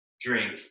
drink